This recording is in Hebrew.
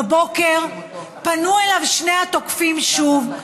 בבוקר פנו אליו שני התוקפים שוב,